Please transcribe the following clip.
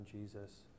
Jesus